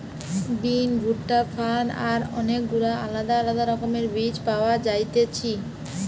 বিন, ভুট্টা, ফার্ন আর অনেক গুলা আলদা আলদা রকমের বীজ পাওয়া যায়তিছে